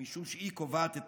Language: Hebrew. משום שהיא קובעת את